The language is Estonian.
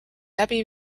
läbi